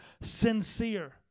sincere